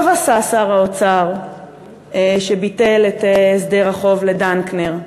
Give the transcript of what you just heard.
טוב עשה שר האוצר שביטל את הסדר החוב לדנקנר,